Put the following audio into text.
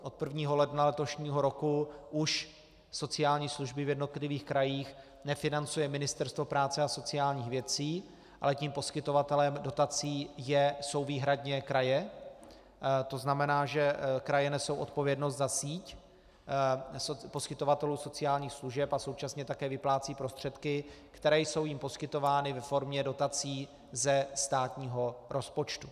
Od 1. ledna letošního roku už sociální služby v jednotlivých krajích nefinancuje Ministerstvo práce a sociálních věcí, ale poskytovatelem dotací jsou výhradně kraje, to znamená, že kraje nesou odpovědnost za síť poskytovatelů sociálních služeb a současně také vyplácejí prostředky, které jsou jim poskytovány ve formě dotací ze státního rozpočtu.